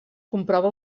comprova